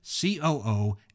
COO